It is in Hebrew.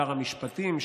שר המשפטים,